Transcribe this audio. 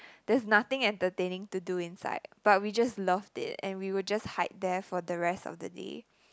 there's nothing entertaining to do inside but we just loved it and we would just hide there for the rest of the day